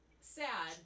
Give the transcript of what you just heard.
sad